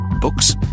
Books